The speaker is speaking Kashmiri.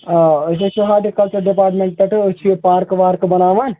آ أسۍ حظ چھِ ہارٹی کلچر ڈِپارٹمٮ۪نٛٹ پٮ۪ٹھٕ أسۍ چھِ پارکہٕ وارکہٕ بَناوان